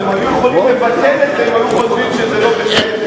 אבל הם היו יכולים לבטל את זה אם היו חושבים שזה לא היה בסדר.